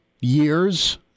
years